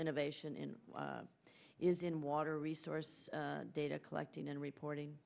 innovation in is in water resource data collecting and reporting